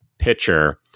Pitcher